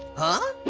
huh?